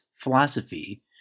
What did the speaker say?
philosophy